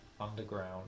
underground